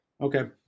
Okay